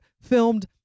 filmed